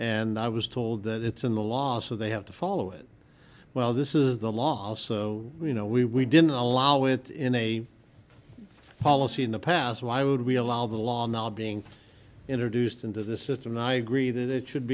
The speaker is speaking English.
and i was told that it's in the law so they have to follow it well this is the law also you know we we didn't allow it in a policy in the past why would we allow the law being introduced into the system and i agree that it should